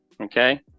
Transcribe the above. Okay